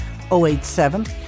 087